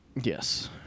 Yes